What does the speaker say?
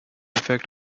fact